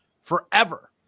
forever